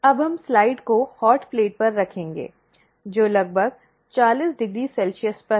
अब हम स्लाइड को गर्म प्लेट पर रखेंगे जो लगभग 40º सेल्सियस पर है